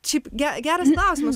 šiaip ge geras klausimas